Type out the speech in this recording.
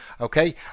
Okay